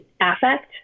affect